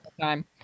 time